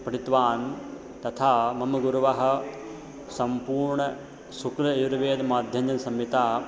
पठितवान् तथा मम गुरुवः सम्पूर्णशुक्लयजुर्वेदमाध्यन्दिनसंहिता